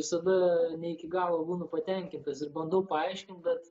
visada ne iki galo būnu patenkintas ir bandau paaiškint bet